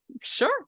Sure